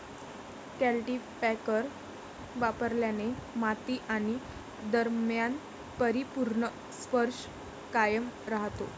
cultipacker वापरल्याने माती आणि दरम्यान परिपूर्ण स्पर्श कायम राहतो